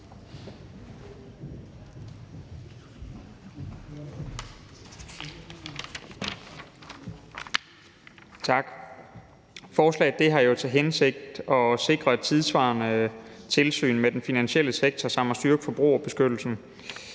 Tak. Forslaget har jo til hensigt at sikre et tidssvarende tilsyn med den finansielle sektor samt at styrke forbrugerbeskyttelsen.